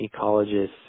Ecologists